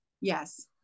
Yes